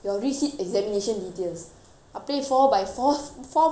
அப்படியே:appadiyae four by fours four modules வந்தது:vanthathu then I thinking